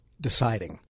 deciding